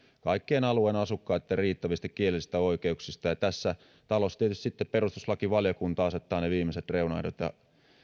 kaikkien alueen asukkaitten riittävistä kielellisistä oikeuksista tässä talossa tietysti sitten perustuslakivaliokunta asettaa ne viimeiset reunaehdot ja